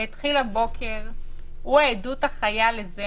שהתחיל הבוקר, הוא העדות החיה לזה